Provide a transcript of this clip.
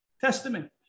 Testament